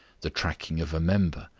the tracking of a member,